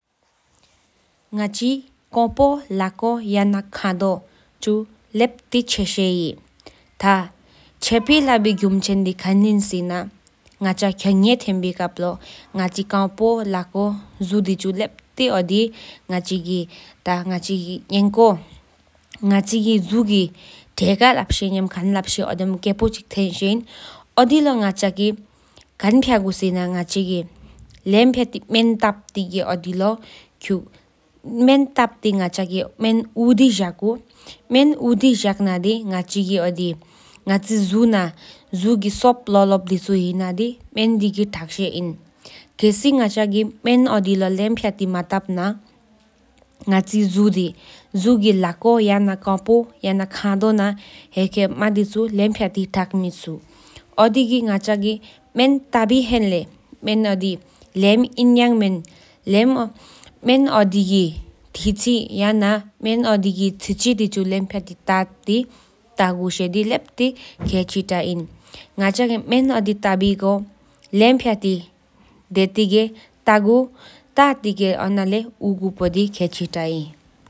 ང་ཆི་དགོམ་པོ་ལ་གོ་ཡན་ཁ་དོ་ལེབྡི་ཆེས་ཧེ། ཐ་ཆེའི་གསྒོམ་ཆེ་དི་ཁན་ཧེ་ ཟེ་ན་ང་ཆ་ཁྱོངས་ནེ་ཐེན་འབི་ཁབ་ལོ་ང་ཆ་དགོམ་པོ་ལ་གོ་ལྗུས་དེ་ཐེས་ཧེ། ཨོ་དི་ལོ་ང་ཆ་གི་ཁན་ཕྱག་གུ་ཟེ་ན་སླེམ་པཉ་ཏི་མེན་ཏའ་ཕི་ཨོ་དི་ལོ་ཁྱུ་གུ་མེན་ཨོ་དི་ཇག་གུ་མེན་ཨོ་དི་ཇག་ན་དི་ང་ཆི་ན་ཇུ་ན་ཇུ་གི་སུབ་ལོལ་ལུམ་དེཤོ་ཧི་ན་དི། མེན་དེ་གི་ཐུགས་ཞེ་ཨིན་ཁསཱ་ཆོ་གི་མེན་ཨོ་དི་ལོ་ལེམ་པཉ་ཏི་བལ་ཏའི་ན་ང་ཆི་ཇུ་དེ་དགོམ་པོ་ཁ་དོ་ན་ཧེ་ཆི་མ་དེ་ཆོ་ལེམ་པཉ་ཏི་ཐགས་མེ་ཆུ་ཨོ་ཏེ་མེན་ཏ་བེ་ཧེན་གྱི་མེ་དི་ལེམ་བེཡ་ལྱ་མེན་ཨོ་དི་གི་ཏོམ་གཅི་གཅི་དི་ཐ་གོ་དྲེལ་ལ་ཏ་ཏི་ཨོ་དི་ཅུཅི་ན་སུ་གུ་པོ་ལེ་ཏི་ཁེཐ་ཧེ་།